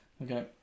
Okay